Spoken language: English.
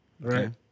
Right